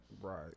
right